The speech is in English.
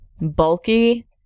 bulky